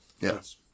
Yes